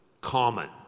common